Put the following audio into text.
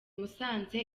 musanze